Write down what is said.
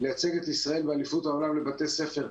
לייצג את ישראל באליפות העולם לבתי ספר,